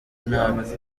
nabi